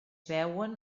veuen